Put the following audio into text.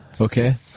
Okay